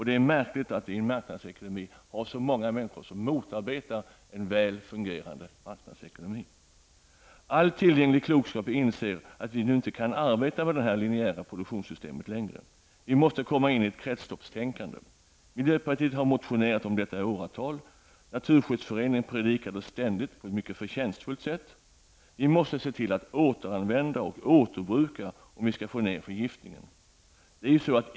Det är märkligt att det i en marknadsekonomi finns så många människor som motarbetar en väl fungerande marknadsekonomi. All tillgänglig klokskap inser nu att vi inte kan arbeta med detta linjära produktionssystem längre. Vi måste komma in i ett kretsloppstänkande. Miljöpartiet har motionerat om detta i åratal. Naturskyddsföreningen predikar det ständigt på ett mycket förtjänstfullt sätt. Vi måste se till att återanvända och återbruka om vi skall minska förgiftningen.